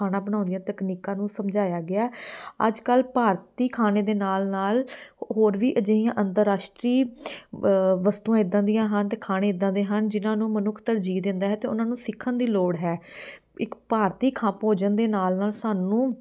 ਖਾਣਾ ਬਣਾਉਣ ਦੀਆਂ ਤਕਨੀਕਾਂ ਨੂੰ ਸਮਝਾਇਆ ਗਿਆ ਅੱਜ ਕੱਲ੍ਹ ਭਾਰਤੀ ਖਾਣੇ ਦੇ ਨਾਲ ਨਾਲ ਹੋਰ ਵੀ ਅਜਿਹੀਆਂ ਅੰਤਰਰਾਸ਼ਟਰੀ ਵ ਵਸਤੂਆਂ ਇੱਦਾਂ ਦੀਆਂ ਹਨ ਅਤੇ ਖਾਣੇ ਇੱਦਾਂ ਦੇ ਹਨ ਜਿਨ੍ਹਾਂ ਨੂੰ ਮਨੁੱਖ ਤਰਜੀਹ ਦਿੰਦਾ ਹੈ ਅਤੇ ਉਹਨਾਂ ਨੂੰ ਸਿੱਖਣ ਦੀ ਲੋੜ ਹੈ ਇੱਕ ਭਾਰਤੀ ਖਾ ਭੋਜਨ ਦੇ ਨਾਲ ਨਾਲ ਸਾਨੂੰ